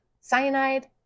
cyanide